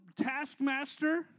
taskmaster